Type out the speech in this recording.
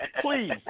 please